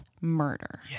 Murder